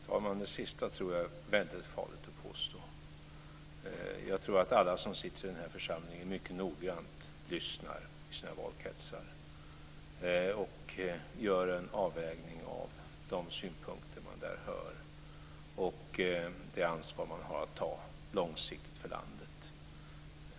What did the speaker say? Fru talman! Det sista tror jag är väldigt farligt att påstå. Jag tror att alla som sitter i den här församlingen mycket noggrant lyssnar i sina valkretsar och gör en avvägning av de synpunkter man där hör och det ansvar man långsiktigt har att ta för landet.